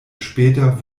später